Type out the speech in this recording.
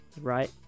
Right